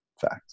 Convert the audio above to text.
fact